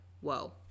whoa